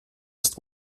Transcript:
ist